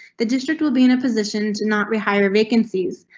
the district will be in a position to not rehire vacancies,